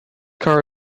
car